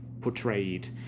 portrayed